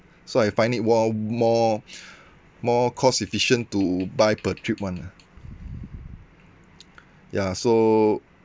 so I find it while more more cost efficient to buy per trip one ah ya so